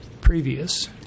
Previous